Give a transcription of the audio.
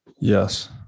Yes